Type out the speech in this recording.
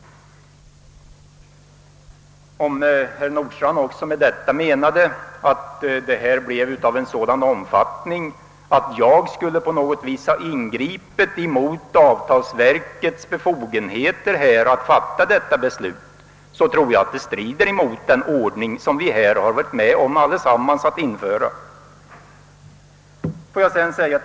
Om herr Nordstrandh också menade att åtgärderna blev av sådan omfattning att jag på något sätt skulle ha ingripit mot avtalsverkets befogenheter att fatta detta beslut, så tror jag att detta skulle strida mot den ordning som vi här allesammans varit med om att införa.